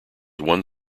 one